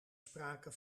sprake